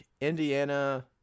Indiana